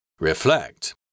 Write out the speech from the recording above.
Reflect